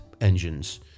engines